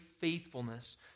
faithfulness